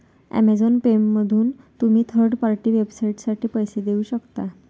Amazon पेमधून तुम्ही third party वेबसाइटसाठी पैसे देऊ शकता